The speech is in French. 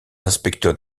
inspecteurs